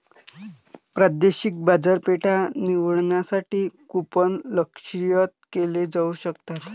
प्रादेशिक बाजारपेठा निवडण्यासाठी कूपन लक्ष्यित केले जाऊ शकतात